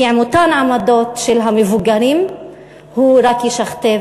כי עם אותן עמדות של המבוגרים הוא רק ישכתב